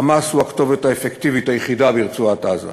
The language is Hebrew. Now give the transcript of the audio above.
"חמאס" הוא הכתובת האפקטיבית היחידה ברצועת-עזה.